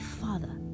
father